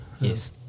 Yes